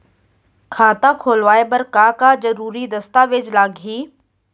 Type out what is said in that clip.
खाता खोलवाय बर का का जरूरी दस्तावेज लागही?